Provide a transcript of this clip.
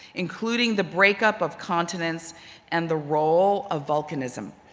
including the breakup of continents and the role of volcanism.